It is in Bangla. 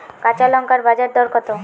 কাঁচা লঙ্কার বাজার দর কত?